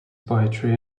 poetry